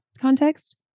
context